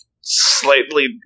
slightly